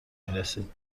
میرسید